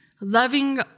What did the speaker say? loving